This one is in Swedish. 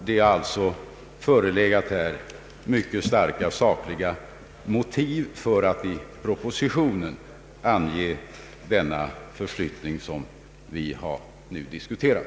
Det har alltså förelegat mycket starka sakliga motiv för att i propositionen ange denna förflyttning som vi nu diskuterar.